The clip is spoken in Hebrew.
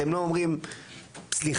אתם לא אומרים סליחה,